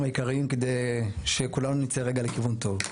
העיקריים כדי שכולנו נצא רגע לכיוון טוב.